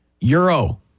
Euro